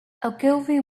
ogilvy